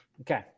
Okay